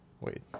Wait